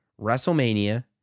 WrestleMania